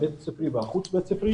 הבית ספרי והחוץ בית ספרי,